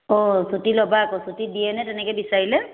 অঁ ছুটী ল'বা আকৌ ছুটী দিয়েনে তেনেকে বিচাৰিলে